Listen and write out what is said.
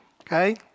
okay